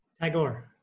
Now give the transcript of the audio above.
Tagore